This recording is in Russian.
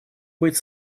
быть